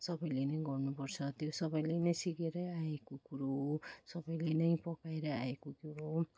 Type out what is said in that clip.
सबैले नै गर्नुपर्छ त्यो सबैले नै सिकेरै आएको कुरो हो सबैले नै पकाएरै आएको कुरो हो